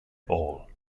ball